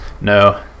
No